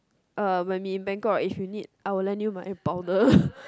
uh when we in Bangkok right if you need I will lend you my powder